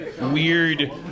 weird